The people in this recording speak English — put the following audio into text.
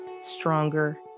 stronger